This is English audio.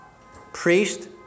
priest